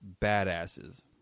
badasses